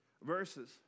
verses